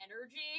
energy